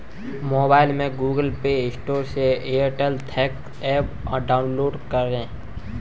mobile में Google Play Store से Airtel Thanks app download करें